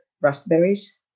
raspberries